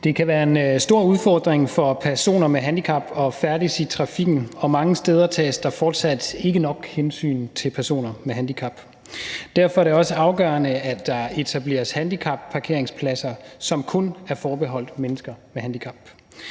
Det kan være en stor udfordring for personer med handicap at færdes i trafikken, og mange steder tages der fortsat ikke nok hensyn til personer med handicap. Derfor er det også afgørende, at der etableres handicapparkeringspladser, som kun er forbeholdt mennesker med handicap,